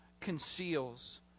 conceals